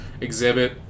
exhibit